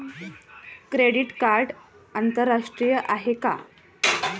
Credit card आंतरराष्ट्रीय आहे का?